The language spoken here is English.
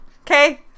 Okay